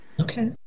Okay